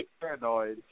paranoid